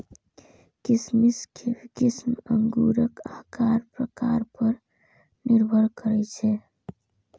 किशमिश के किस्म अंगूरक आकार प्रकार पर निर्भर करै छै